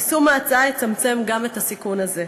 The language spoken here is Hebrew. יישום ההצעה יצמצם גם את הסיכון הזה.